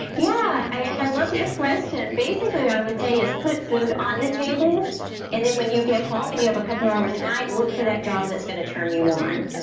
yeah, and i love that question. basically, i would say is put food on the table and then when you get home and you have a couple of hours at night, look for that job that's going to turn you on.